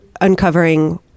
uncovering